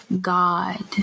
God